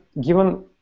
given